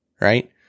Right